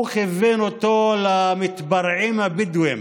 הוא כיוון אותו למתפרעים הבדואים,